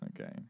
Okay